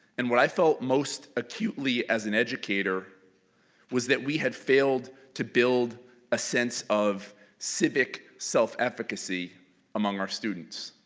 and what i felt most acutely as an educator was that we had failed to build a sense of civic self-efficacy among our students.